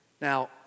Now